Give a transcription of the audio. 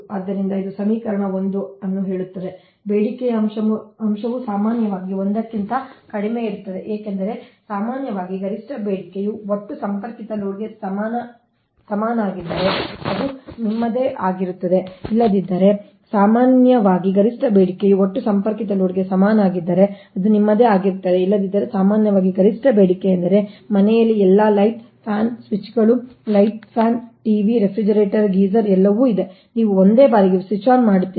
ಆದ್ದರಿಂದ ಇದು ಸಮೀಕರಣ 1 ಅನ್ನು ಹೇಳುತ್ತದೆ ಬೇಡಿಕೆಯ ಅಂಶವು ಸಾಮಾನ್ಯವಾಗಿ 1 ಕ್ಕಿಂತ ಕಡಿಮೆಯಿರುತ್ತದೆ ಏಕೆಂದರೆ ಸಾಮಾನ್ಯವಾಗಿ ಗರಿಷ್ಠ ಬೇಡಿಕೆಯು ಒಟ್ಟು ಸಂಪರ್ಕಿತ ಲೋಡ್ಗೆ ಸಮನಾಗಿದ್ದರೆ ಅದು ನಿಮ್ಮದೇ ಆಗಿರುತ್ತದೆ ಇಲ್ಲದಿದ್ದರೆ ಸಾಮಾನ್ಯವಾಗಿ ಗರಿಷ್ಠ ಬೇಡಿಕೆಯೆಂದರೆ ಮನೆಯಲ್ಲಿ ಎಲ್ಲಾ ಲೈಟ್ ಫ್ಯಾನ್ ಸ್ವಿಚ್ಗಳು light fan TV refrigerator geyser ಎಲ್ಲವೂ ಇದೆ ನೀವು ಒಂದೇ ಬಾರಿಗೆ ಸ್ವಿಚ್ ಆನ್ ಮಾಡುತ್ತಿಲ್ಲ